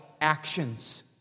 actions